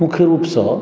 मुख्य रुपसँ